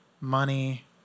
money